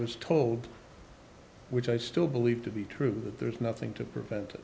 was told which i still believe to be true that there is nothing to prevent